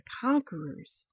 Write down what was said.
conquerors